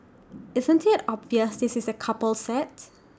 isn't IT obvious this is A couple set